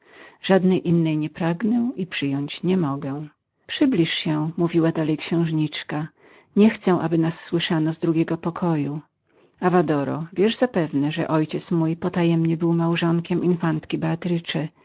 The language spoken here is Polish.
żadnej innej nie pragnę i przyjąć nie mogę przybliż się mówiła dalej księżniczka nie chcę aby nas słyszano z drugiego pokoju avadoro wiesz zapewne że mój ojciec potajemnie był małżonkiem infantki beaty i